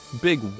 big